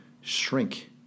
shrink